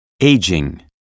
Aging